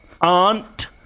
aunt